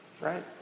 right